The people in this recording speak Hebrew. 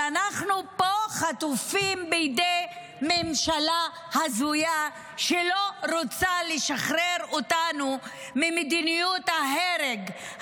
אנחנו חטופים פה בידי ממשלה הזויה שלא רוצה לשחרר אותנו ממדיניות ההרג,